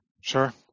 Sure